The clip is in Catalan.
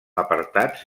apartats